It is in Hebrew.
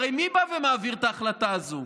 הרי מי בא ומעביר את ההחלטה הזו?